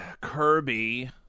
Kirby